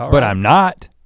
but i'm not.